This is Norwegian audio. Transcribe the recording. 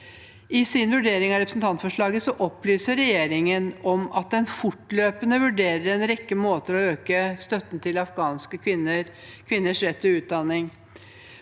I sin vurdering av representantforslaget opplyser regjeringen om at den fortløpende vurderer en rekke måter å øke støtten til afghanske kvinner og kvinners rett til utdanning